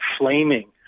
flaming